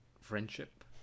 friendship